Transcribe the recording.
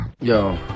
yo